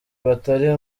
batari